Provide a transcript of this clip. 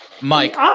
Mike